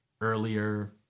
earlier